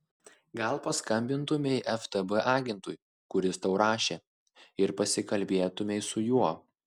gal paskambintumei ftb agentui kuris tau rašė ir pasikalbėtumei su juo